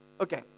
Okay